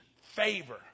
favor